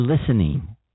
listening